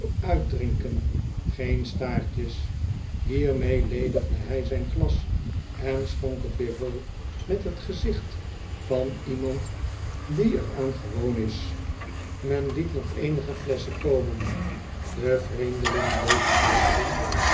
uitdrinken geen staartjes hiermee ledigde hij zijn glas en schonk het weer vol met net gezicht van lemand die er aan gewoon is men liet nog eenige flesschen komen de vreemdeling bleef praten